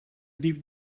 liep